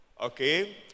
Okay